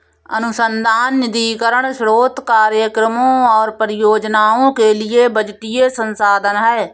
अनुसंधान निधीकरण स्रोत कार्यक्रमों और परियोजनाओं के लिए बजटीय संसाधन है